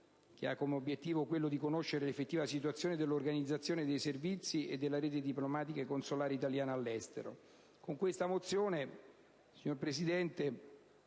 che ha come obiettivo quello di conoscere l'effettiva situazione dell'organizzazione dei servizi e della rete diplomatico-consolare italiana all'estero.